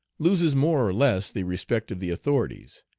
loses more or less the respect of the authorities.